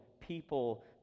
people